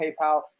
PayPal